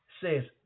says